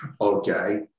Okay